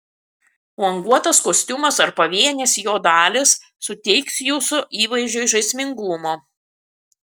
languotas kostiumas ar pavienės jo dalys suteiks jūsų įvaizdžiui žaismingumo